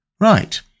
Right